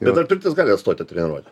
bet ar pirtis gali atstoti treniruotę